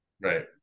Right